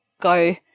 go